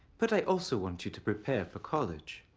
but i also want you to prepare for college.